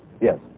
Yes